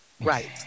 right